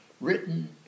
written